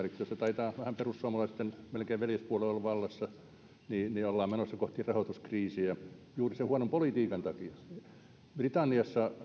missä taitaa olla melkein perussuomalaisten veljespuolue vallassa ollaan menossa kohti rahoituskriisiä juuri sen huonon politiikan takia britanniassa